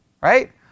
Right